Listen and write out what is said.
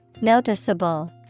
Noticeable